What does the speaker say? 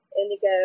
indigo